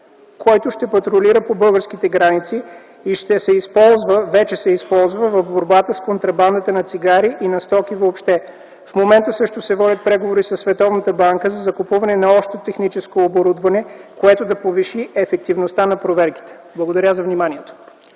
който ще патрулира по българските граници и ще се използва – а вече се използва, в борбата с контрабандата на цигари и стоки въобще. В момента се водят преговори със Световната банка за закупуване на още техническо оборудване, което да повиши ефективността на проверките. Благодаря за вниманието.